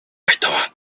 thought